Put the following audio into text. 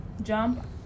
jump